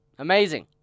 amazing